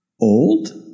old